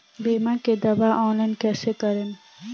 बीमा के दावा ऑनलाइन कैसे करेम?